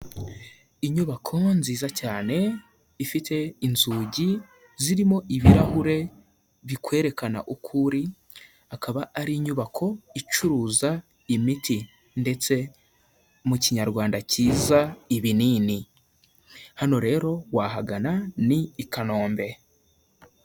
Inyubako nziza cyane, ifite inzugi zirimo ibirahure bikwerekana ukuri uri, akaba ari inyubako icuruza imiti ndetse mu Kinyarwanda cyiza ibinini, hano rero wahagana ni i Kanombe.